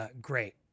Great